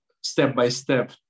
step-by-step